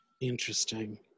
Interesting